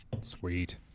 Sweet